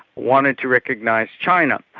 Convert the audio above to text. wanted to recognise china,